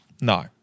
No